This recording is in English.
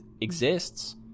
exists